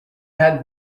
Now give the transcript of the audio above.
had